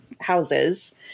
houses